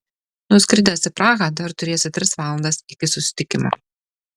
nuskridęs į prahą dar turėsi tris valandas iki susitikimo